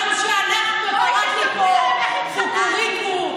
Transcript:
לי "קוקוריקו"